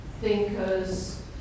thinkers